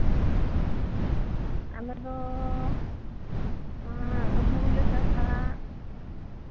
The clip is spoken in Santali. ᱟᱞᱮ ᱫᱚ ᱦᱩᱲᱩᱞᱮ ᱪᱟᱥᱟ